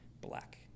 black